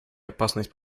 опасность